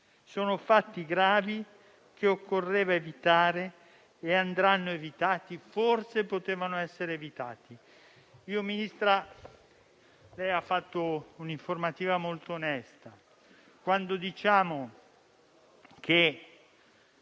Sono fatti gravi che occorreva evitare, che andranno evitati e che, forse, potevano essere evitati. Signora Ministra, lei ha fatto un'informativa molto onesta. Quando diciamo che